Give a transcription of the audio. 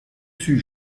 sut